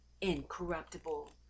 incorruptible